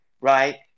right